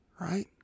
right